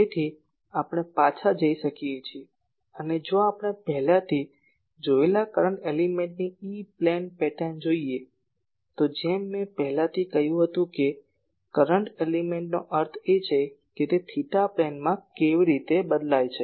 તેથી આપણે પાછા જઈ શકીએ છીએ અને જો આપણે પહેલાથી જોયેલા કરંટ એલીમેન્ટની E પ્લેન પેટર્ન જોઈએ તો જેમ મેં પહેલાથી કહ્યું હતું કે કરંટ એલિમેન્ટનો અર્થ એ છે કે થેટા પ્લેનમાં કેવી રીતે તે બદલાય છે